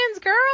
girl